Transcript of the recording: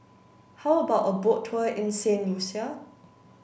how about a boat tour in Saint Lucia